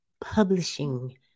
publishing